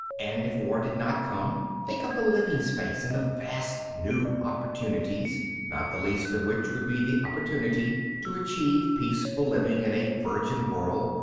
and if war did not come, think of the living space and the vast new opportunities not the least of which would be the opportunity to achieve peaceful living in a virgin world,